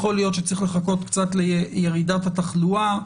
יכול להיות שצריך לחכות קצת לירידת התחלואה,